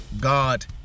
God